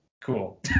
Cool